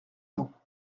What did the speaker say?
temps